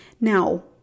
Now